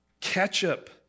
ketchup